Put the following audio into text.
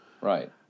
right